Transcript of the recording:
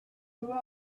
who